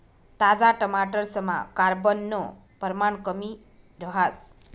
ताजा टमाटरसमा carbon परमाण कमी रहास